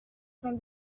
cent